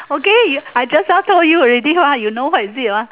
okay I just now told you already ah you know what is it ah